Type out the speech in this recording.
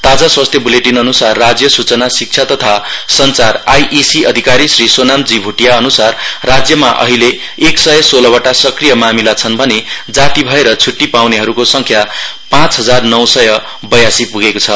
तापा स्वास्थ्य बुलेटिनअनुर राज्य सुचनाशिक्षा तथा संचार आई ई सी अधिकारी श्री सोनाम जी भोटिया अनुसार राज्यमा अहिले एक सय सोलवटा संक्रिय मामिला छन् भने जाति भएर छुट्टी पाउनेहरुको संख्या पाँच हजार नौं सय बयासी पुगेको छ